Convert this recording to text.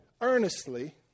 earnestly